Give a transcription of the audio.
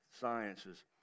sciences